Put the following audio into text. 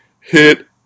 hit